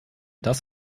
das